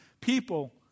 people